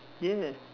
yes